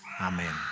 Amen